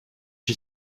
you